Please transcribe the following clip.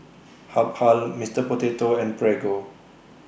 Habhal Mister Potato and Prego